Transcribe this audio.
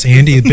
Andy